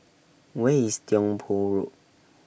Where IS Tiong Poh Road